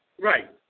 Right